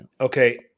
Okay